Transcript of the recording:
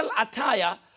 attire